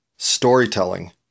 storytelling